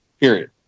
period